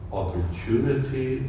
opportunity